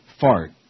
fart